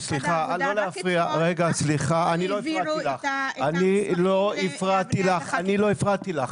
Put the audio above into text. סליחה, אני לא הפרעתי לך.